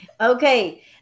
Okay